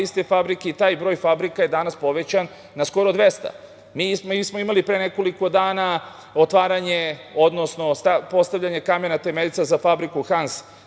iste fabrike. Taj broj fabrika je danas povećan na skoro 200.Mi smo imali pre nekoliko dana otvaranje, odnosno postavljanje kamena temeljca za fabriku „Hans Grohe“